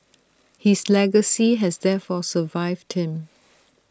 his legacy has therefore survived him